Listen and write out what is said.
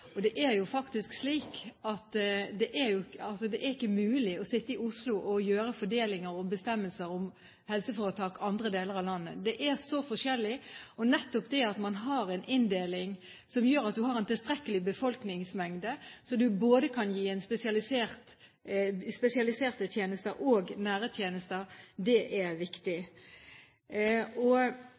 det. Det er jo faktisk slik at det ikke er mulig å sitte i Oslo og gjøre fordelinger og bestemmelser om helseforetak i andre deler av landet. Det er så forskjellig. Nettopp det at man har en inndeling som gjør at man har tilstrekkelig befolkningsmengde så man både kan gi spesialiserte tjenester og nære tjenester, er viktig. Jeg vil bare henvise til Nasjonal helse- og